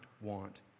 want